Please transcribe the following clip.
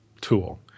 tool